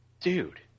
Dude